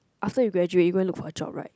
after you graduate you go and look for a job right